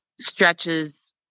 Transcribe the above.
stretches